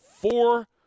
four